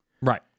Right